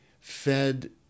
Fed